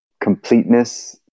completeness